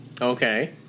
Okay